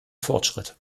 fortschritt